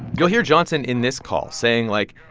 you'll hear johnson in this call saying, like,